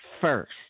first